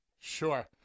sure